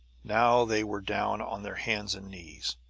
now they were down on their hands and knees.